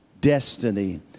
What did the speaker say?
destiny